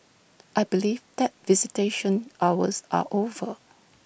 I believe that visitation hours are over